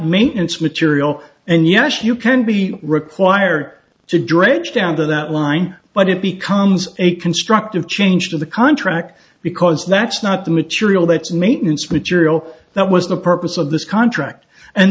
maintenance material and yes you can be required to dredge down to that line but it becomes a constructive change to the contract because that's not the material that's maintenance material that was the purpose of this contract and